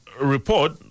report